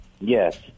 Yes